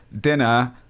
dinner